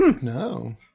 No